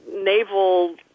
naval